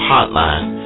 Hotline